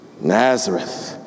Nazareth